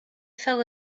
fell